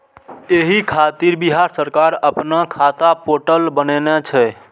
एहि खातिर बिहार सरकार अपना खाता पोर्टल बनेने छै